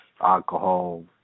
alcohol